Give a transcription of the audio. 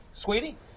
sweetie